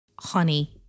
Honey